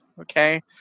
okay